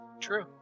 True